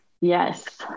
Yes